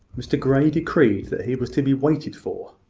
mr grey decreed that he was to be waited for.